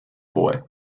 boy